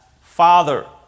Father